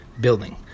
building